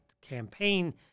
campaign